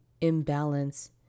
imbalance